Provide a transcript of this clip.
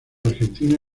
argentina